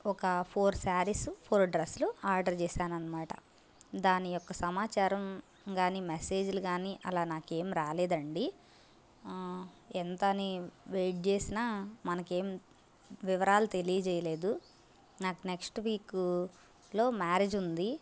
ఒక four saris four డ్రస్స్లు order చేశాను అన్నమాట దానియొక్క సమాచారం కానీ మెస్సేజ్లు కానీ అలా నాకు ఏమి రాలేదండి ఎంతని వెయిట్ చేసినా మనకి ఏం వివరాలు తెలియజేయలేదు నాకు నెక్స్ట్ వీక్లో మ్యారేజ్ ఉంది